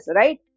right